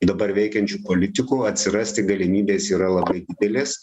dabar veikiančių politikų atsirasti galimybės yra labai didelės